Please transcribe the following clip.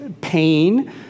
pain